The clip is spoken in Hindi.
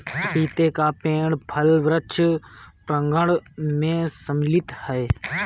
पपीते का पेड़ फल वृक्ष प्रांगण मैं सम्मिलित है